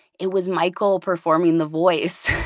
it was michael performing the voice.